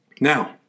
Now